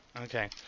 okay